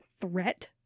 threat